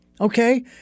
Okay